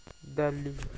Delhi